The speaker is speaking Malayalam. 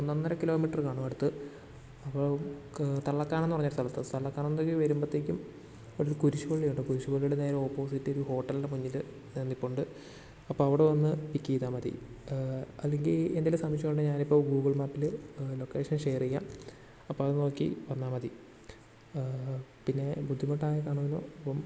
ഒന്നൊന്നര കിലോമീറ്റർ കാണും അടുത്ത് അപ്പോൾ തള്ളക്കാനം എന്ന് പറഞ്ഞൊരു സ്ഥലത്താണ് തള്ളക്കാനത്തേക്ക് വരുമ്പോഴത്തേക്കും അവിടെ ഒരു കുരിശുപള്ളിയുണ്ട് കുരിശുപള്ളിയുടെ നേരെ ഓപ്പോസിറ്റ് ഒരു ഹോട്ടലിൻ്റെ മുന്നിൽ നിൽപ്പുണ്ട് അപ്പം ഇവിടുന്ന് പിക്ക് ചെയ്താൽ മതി അല്ലെങ്കിൽ എന്തെങ്കിലും സംശയം ഉണ്ടേൽ ഞാനിപ്പോൾ ഗൂഗിൾ മാപ്പിൽ ലൊക്കേഷൻ ഷെയർ ചെയ്യാം അപ്പം അത് നോക്കി വന്നാൽ മതി പിന്നെ ബുദ്ധിമുട്ടായി കാണുമല്ലോ ഇപ്പം